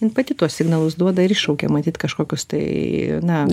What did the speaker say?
in pati tuos signalus duoda ir iššaukia matyt kažkokius tai na